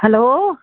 hello